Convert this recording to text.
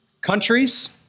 countries